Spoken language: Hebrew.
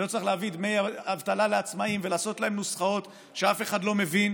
ולא צריך להביא דמי אבטלה לעצמאים ולעשות להם נוסחאות שאף אחד לא מבין